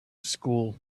school